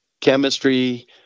chemistry